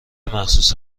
مخصوص